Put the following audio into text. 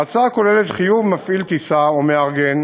ההצעה כוללת חיוב מפעיל טיסה או מארגן